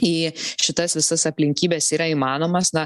į šitas visas aplinkybes yra įmanomas na